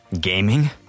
Gaming